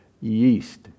yeast